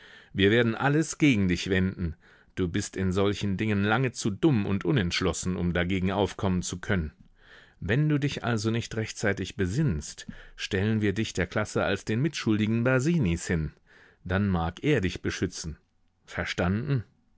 wir werden alles gegen dich wenden du bist in solchen dingen lange zu dumm und unentschlossen um dagegen aufkommen zu können wenn du dich also nicht rechtzeitig besinnst stellen wir dich der klasse als den mitschuldigen basinis hin dann mag er dich beschützen verstanden